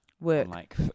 work